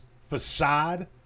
facade